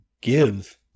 give